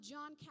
John